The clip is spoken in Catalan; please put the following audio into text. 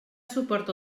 suport